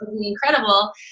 incredible